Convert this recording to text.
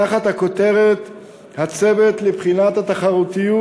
תחת הכותרת "הצוות לבחינת התחרותיות